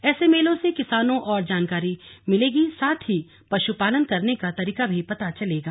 ऐसे मेलों से किसानों को जानकारी मिलेगी साथ ही पशुपालन करने का तरीका भी पता चलेगा